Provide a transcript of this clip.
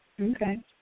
Okay